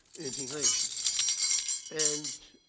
integration and